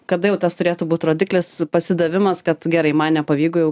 kada jau tas turėtų būt rodiklis pasidavimas kad gerai man nepavyko jau